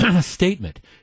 statement